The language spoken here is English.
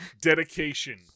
Dedication